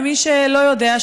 למי שלא יודע,